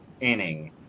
inning